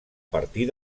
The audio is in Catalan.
partir